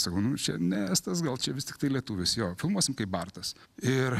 sakau nu čia ne estas gal čia vis tiktai lietuvis jo filmuosim kaip bartas ir